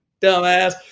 dumbass